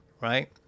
right